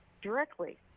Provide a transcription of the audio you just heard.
Directly